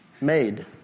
made